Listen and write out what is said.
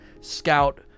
Scout